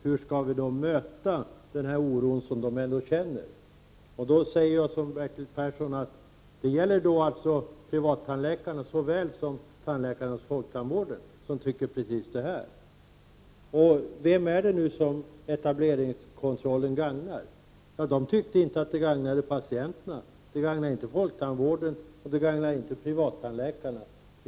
Hur skall vi möta den oro som dessa tandläkare känner? Jag instämmer i vad Bertil Persson sade om att detta gäller såväl privata tandläkare som tandläkarna inom folktandvården. Båda grupperna har samma inställning i dessa frågor. Vem gagnar nu etableringskontrollen? Den gagnar inte patienterna, inte folktandvården och inte privattandläkarna.